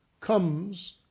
comes